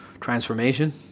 transformation